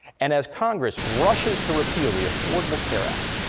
and as congress rushes to repeal the affordable care act,